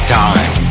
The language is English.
time